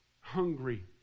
Hungry